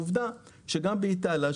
עובדה שגם באיטליה,